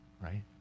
right